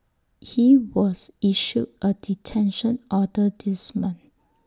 he was issued A detention order this month